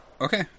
Okay